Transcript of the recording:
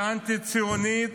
היא אנטי-ציונית,